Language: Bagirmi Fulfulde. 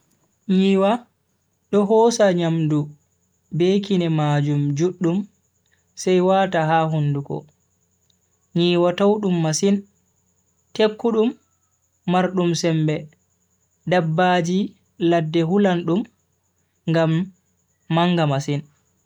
Nyiwa do hosa nyamdu be kine majum juddum sai wata ha hunduko. nyiwa towdum masin, tekkudum mardum sembe. dabbaji ladde hulan dum ngam manga masin.